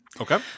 Okay